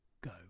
go